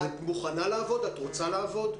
את מוכנה ורוצה לעבוד?